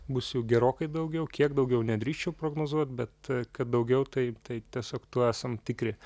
bus jų gerokai daugiau kiek daugiau nedrįsčiau prognozuot bet kad daugiau tai tai tiesiog tuo esam tikri